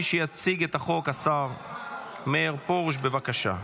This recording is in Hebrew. מי שיציג את החוק, השר מאיר פרוש, בבקשה.